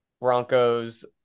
Broncos